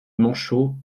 manchot